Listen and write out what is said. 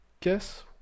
Guess